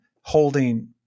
holding